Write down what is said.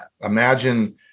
Imagine